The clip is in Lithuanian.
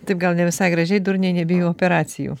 taip gal ne visai gražiai durniai nebijo operacijų